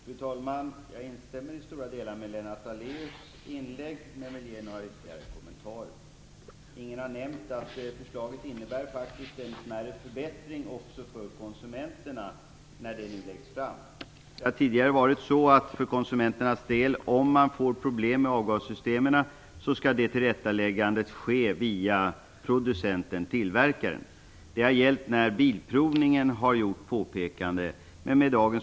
Fru talman! Jag instämmer till stora delar i Lennart Daléus inlägg men vill göra några ytterligare kommentarer. Ingen har nämnt att det förslag som nu lagts fram faktiskt innebär en smärre förbättring också för konsumenterna. I fall där bilprovningen påpekar att konsumenterna har problem med avgassystemen skall dessa åtgärdas via producenten/tillverkaren.